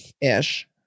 ish